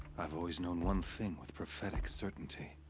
i've always known one thing with prophetic certainty.